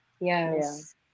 Yes